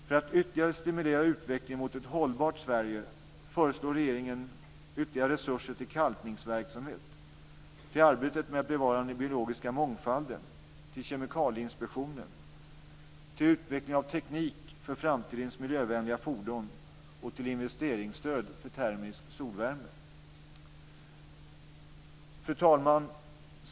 För att ytterligare stimulera utvecklingen mot ett hållbart Sverige föreslår regeringen ytterligare resurser till kalkningsverksamhet, till arbetet med att bevara den biologiska mångfalden, till Kemikalieinspektionen, till utveckling av teknik för framtidens miljövänliga fordon och till investeringsstöd för termisk solvärme. Fru talman!